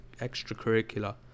extracurricular